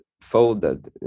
folded